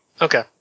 Okay